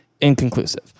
inconclusive